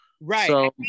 Right